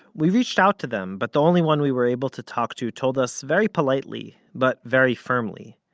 we reached out to them, but the only one we were able to talk to told us very politely, but very firmly,